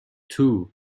two